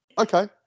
Okay